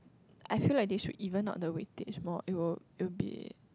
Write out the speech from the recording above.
I feel like they should even out the weightage more it will be it will be